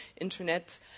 Internet